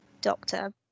doctor